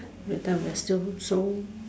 that time we're still so